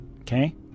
Okay